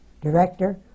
director